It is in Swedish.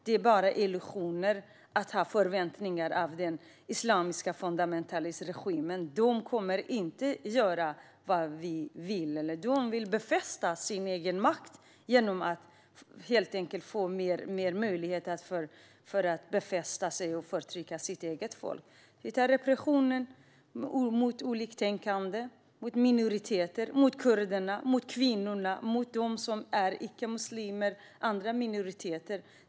Det är bara illusioner att ha förväntningar på den islamiska fundamentalistregimen. De kommer inte att göra vad vi vill. De vill befästa sin egen makt och få fler möjligheter att förtrycka sitt eget folk. Det är repressalier mot oliktänkande, kurder, kvinnor, icke-muslimer och andra minoriteter.